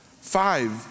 Five